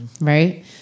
right